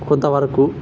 కొంతవరకు